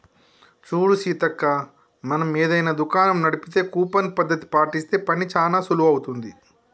చూడు సీతక్క మనం ఏదైనా దుకాణం నడిపితే కూపన్ పద్ధతి పాటిస్తే పని చానా సులువవుతుంది